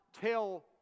tell